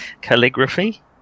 calligraphy